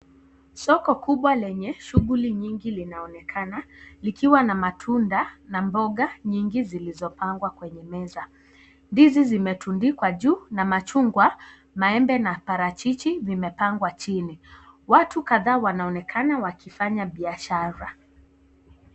Soko kubwa lenye shughuli nyingi linaonekana likiwa na matunda na mboga nyingi zilizopangwa kwenye meza. Ndizi zimetundikwa juu na machungwa, maembe na parachichi vimepangwa chini. Watu kadhaa wanaonekana wakifanya biashara.